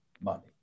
money